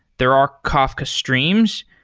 there are kafka streams.